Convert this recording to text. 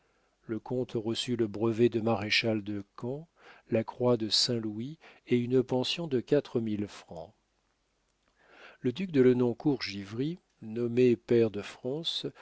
le comte reçut le brevet de maréchal-de-camp la croix de saint-louis et une pension de quatre mille francs le duc de lenoncourt givry nommé pair de france